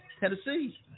Tennessee